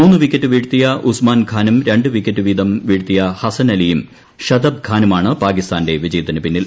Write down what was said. മൂന്നു വിക്കറ്റ് വീഴ്ത്തിയ ഉസ്മാൻ ഖാനും രണ്ട് വിക്കറ്റ് വീതം വീഴ്ത്തിയ ഹസൻ അലിയും ഷദബ്ഖാനുമാണ് പാകിസ്ഥാന്റെ വിജയത്തിന് പിന്നിൽ